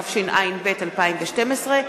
התשע"ב 2012,